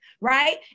right